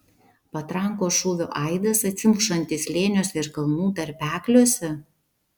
patrankos šūvio aidas atsimušantis slėniuose ir kalnų tarpekliuose